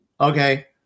Okay